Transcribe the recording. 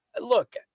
Look